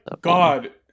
god